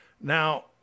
Now